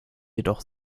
jedoch